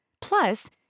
Plus